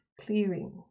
clearing